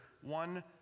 one